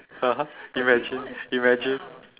imagine imagine